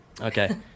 okay